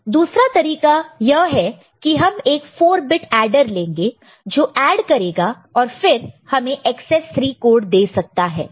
दूसरा तरीका यह है कि हम एक 4 बिट एडर लेंगे जो ऐड करेगा और फिर हमें एकसेस 3 कोड दे सकता है